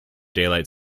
daylight